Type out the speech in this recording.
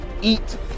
eat